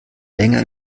länger